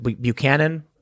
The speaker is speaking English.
Buchanan